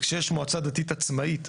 כשיש מועצה דתית עצמאית,